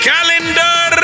Calendar